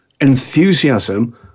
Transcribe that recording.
enthusiasm